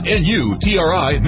n-u-t-r-i